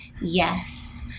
Yes